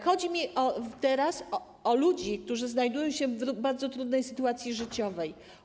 Chodzi mi teraz o ludzi, którzy znajdują się w bardzo trudnej sytuacji życiowej.